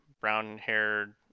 brown-haired